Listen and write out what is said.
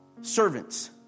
Servants